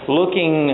looking